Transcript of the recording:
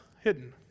hidden